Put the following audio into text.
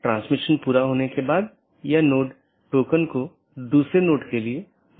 update message का उपयोग व्यवहार्य राउटरों को विज्ञापित करने या अव्यवहार्य राउटरों को वापस लेने के लिए किया जाता है